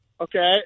okay